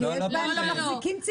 כי יש בהן מחזיקים ציבוריים.